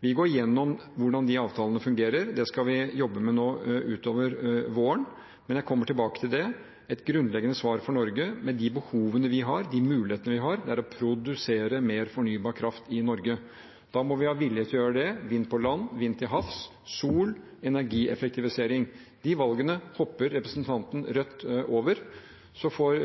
Vi skal gå igjennom hvordan de avtalene fungerer. Det skal vi jobbe med utover våren, men jeg kommer tilbake til det. Et grunnleggende svar for Norge, med de behovene og mulighetene vi har, er å produsere mer fornybar kraft i Norge. Da må vi være villige til å gjøre det: vind på land, vind til havs, sol, energieffektivisering. Disse valgene hopper representanten fra Rødt over. Han får